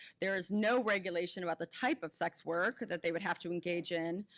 there is no regulation about the type of sex work that they would have to engage in.